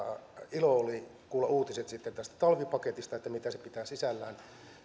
ilo oli kuulla uutiset tästä talvipaketista mitä se pitää sisällään